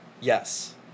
Yes